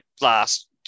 last